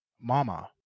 Mama